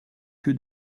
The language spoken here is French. que